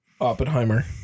Oppenheimer